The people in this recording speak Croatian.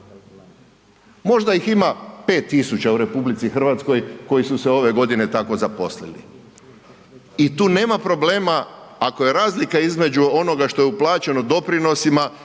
Možda ih ima 5.000 u RH koji su se ove godine tako zaposlili. I tu nema problema ako je razlika između onoga što je uplaćeno doprinosima